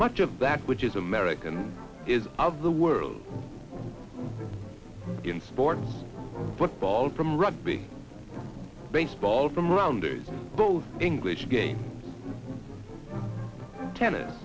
much of that which is american is of the world in sports football from rugby baseball from rounders both english game tennis